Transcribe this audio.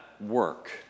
work